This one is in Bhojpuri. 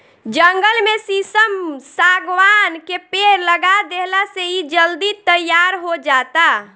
जंगल में शीशम, शागवान के पेड़ लगा देहला से इ जल्दी तईयार हो जाता